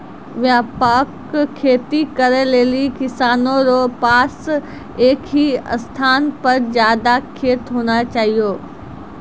व्यापक खेती करै लेली किसानो रो पास एक ही स्थान पर ज्यादा खेत होना चाहियो